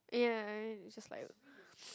yeah I it's just like